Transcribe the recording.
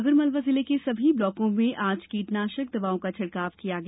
आगर मालवा जिले के सभी ब्लॉकों में आज कीटनाशक दवाओं का छिड़काव किया गया